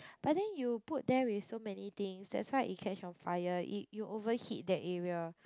but then you put there with so many things that's why it catch on fire you you overheat that area